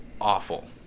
awful